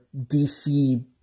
DC